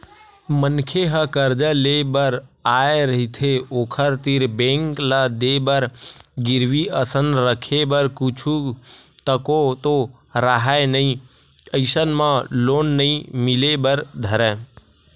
मनखे ह करजा लेय बर आय रहिथे ओखर तीर बेंक ल देय बर गिरवी असन रखे बर कुछु तको तो राहय नइ अइसन म लोन नइ मिले बर धरय